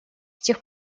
тех